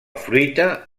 fruita